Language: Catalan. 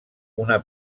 una